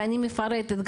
ואני מפרטת,